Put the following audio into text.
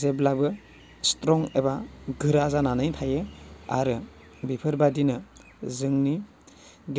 जेब्लाबो स्ट्रं एबा गोरा जानानै थायो आरो बेफोरबादिनो जोंनि